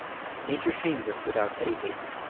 nature shames us with our petty haste.